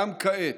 גם כעת,